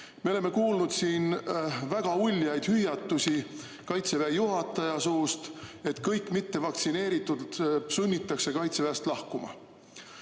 Me oleme kuulnud väga uljaid hüüatusi Kaitseväe juhataja suust, et kõik mittevaktsineeritud sunnitakse Kaitseväest lahkuma.